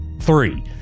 three